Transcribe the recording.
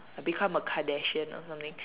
I become a Kardashian or something